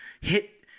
hit